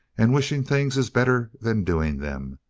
and wishing things is better than doing them.